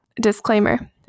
disclaimer